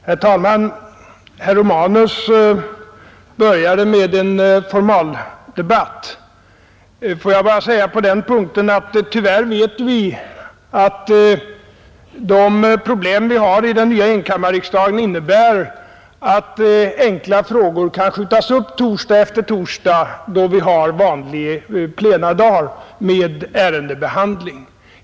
Herr talman! Herr Romanus började med en formaldebatt. Får jag bara säga på den punkten att tyvärr vet vi att ett problem som möter i den nya enkammarriksdagen är att enkla frågor kan skjutas upp torsdag efter torsdag, då vi har vanliga plenidagar med ärendebehandling.